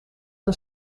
een